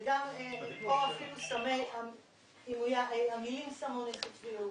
פה אפילו המילים סם אונס הופיעו.